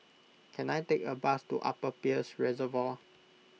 can I take a bus to Upper Peirce Reservoir